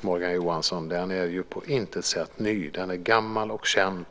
Morgan Johansson, är ju på intet sätt ny. Den är gammal och känd.